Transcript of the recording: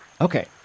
Okay